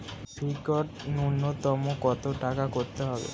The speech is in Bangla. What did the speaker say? ফিক্সড নুন্যতম কত টাকা করতে হবে?